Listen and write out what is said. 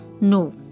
no